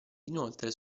inoltre